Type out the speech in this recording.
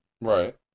Right